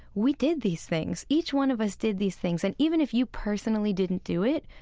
we did these things. each one of us did these things and even if you personally didn't do it,